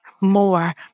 more